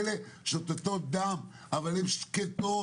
המשפחות שותתות דם אבל הן שקטות,